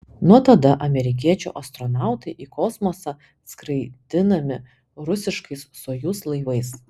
nuo tada amerikiečių astronautai į kosmosą skraidinami rusiškais sojuz laivais